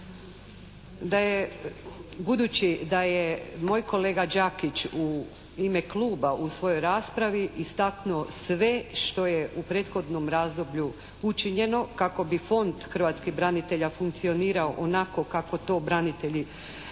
Da je, budući da je moj kolega Đakić u ime kluba u svojoj raspravi istaknuo sve što je u prethodnom razdoblju učinjeno kako bi Fond hrvatskih branitelja funkcionirao onako kako to branitelji i